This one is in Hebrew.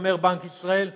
בנק ישראל אומר,